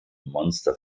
monster